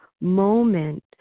moment